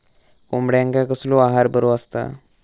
कोंबड्यांका कसलो आहार बरो असता?